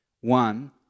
One